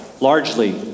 largely